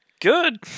good